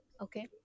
okay